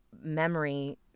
memory